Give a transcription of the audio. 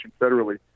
federally